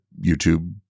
YouTube